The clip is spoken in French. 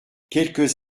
quelques